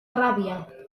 ràbia